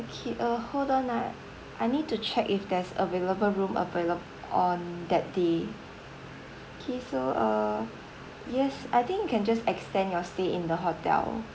okay uh hold on ah I need to check if there's available room available on that day okay so uh yes I think you can just extend your stay in the hotel